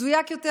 מדויק יותר,